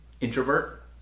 introvert